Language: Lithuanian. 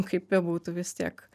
kaip bebūtų vis tiek